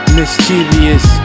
mischievous